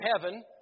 heaven